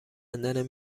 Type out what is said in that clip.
کندن